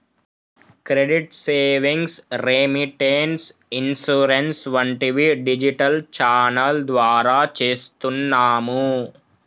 credit savings, remittance, insurance వంటివి digital channel ద్వారా చేస్తున్నాము